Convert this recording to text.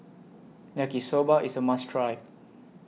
Yaki Soba IS A must Try